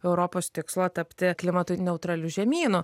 europos tikslo tapti klimatui neutraliu žemynu